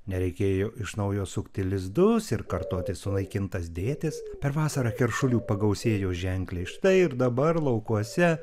nereikėjo iš naujo sukti lizdus ir kartoti sunaikintas dėtis per vasarą keršulių pagausėjo ženkliai štai ir dabar laukuose